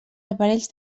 aparells